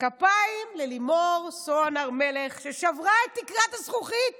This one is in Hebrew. כפיים ללימור סון הר מלך, שעברה את תקרת הזכוכית